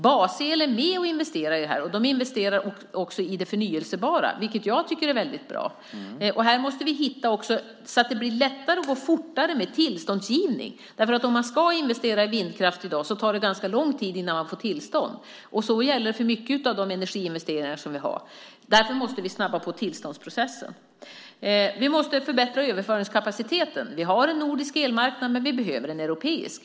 Basel är med och investerar i detta. De investerar också i förnybara källor, vilket jag tycker är väldigt bra. Här måste vi se till att det blir lättare och går fortare med tillståndsgivning. Ska man investera i vindkraft i dag tar det nämligen ganska lång tid innan man får tillstånd, och det gäller för många av de energiinvesteringar som görs. Därför måste vi snabba på tillståndsprocessen. Vi måste förbättra överföringskapaciteten. Vi har en nordisk elmarknad, men vi behöver en europeisk.